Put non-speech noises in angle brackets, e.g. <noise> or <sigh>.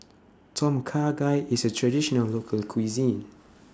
<noise> vTom Kha Gai IS A Traditional Local Cuisine